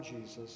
Jesus